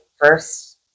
first